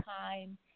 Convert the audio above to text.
time